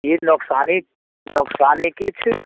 ई नुकसानी नुकसानी किछु